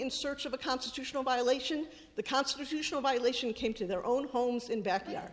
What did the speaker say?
in search of a constitutional violation the constitutional violation came to their own homes and back